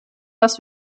dass